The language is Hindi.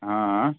हाँ